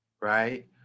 right